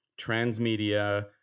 transmedia